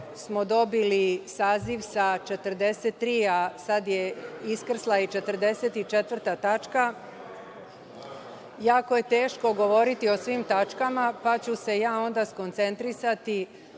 smo dobili saziv sa 43, a sada je iskrsla i 44. tačka, jako je teško govoriti o svim tačkama, pa ću se ja onda skoncentrisati